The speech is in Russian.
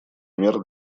мер